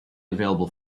available